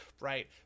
Right